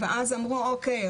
ואז אמרו אוקיי,